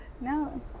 no